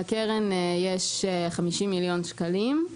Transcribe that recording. לקרן יש 50 מיליון שקלים